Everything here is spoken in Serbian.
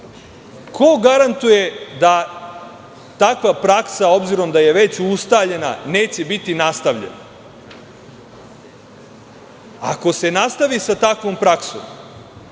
Ko garantuje da takva praksa, obzirom da je već ustaljena, neće biti nastavljena? Ako se nastavi sa takvom praksom,